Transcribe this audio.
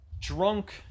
drunk